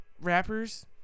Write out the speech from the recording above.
rappers